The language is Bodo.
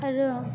आरो